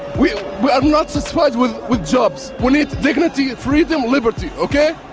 we we are not satisfied with with jobs. we need dignity, freedom, liberty, ok?